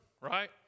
right